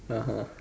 (uh huh)